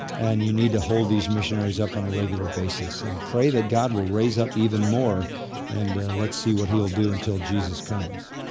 and you need to hold these missionaries up on a regular basis and pray that god will raise up even more and let's see what he'll do until jesus comes.